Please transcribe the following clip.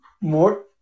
more